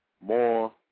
more